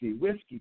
whiskey